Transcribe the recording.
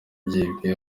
byibwe